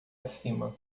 acima